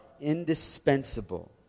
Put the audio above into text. indispensable